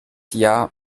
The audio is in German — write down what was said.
jahr